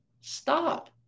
Stop